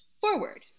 forward